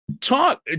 Talk